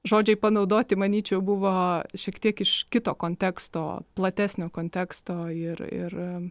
žodžiai panaudoti manyčiau buvo šiek tiek iš kito konteksto platesnio konteksto ir ir